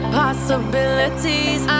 possibilities